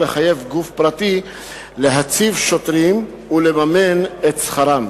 לחייב גוף פרטי להציב שוטרים ולממן את שכרם.